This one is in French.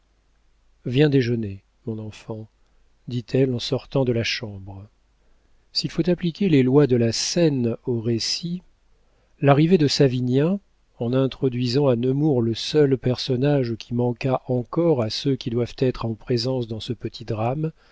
viens déjeuner mon enfant dit-elle en sortant de la chambre s'il faut appliquer les lois de la scène au récit l'arrivée de savinien en introduisant à nemours le seul personnage qui manquât encore à ceux qui doivent être en présence dans ce petit drame